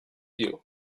you